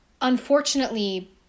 unfortunately